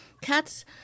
Cats